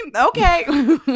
Okay